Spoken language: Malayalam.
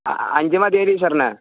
അ അഞ്ച് മതിയോ ടീച്ചറിന്